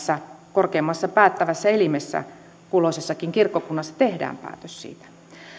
korkeimmassa päättävässä elimessä kulloisessakin kirkkokunnassa tehdään päätös siitä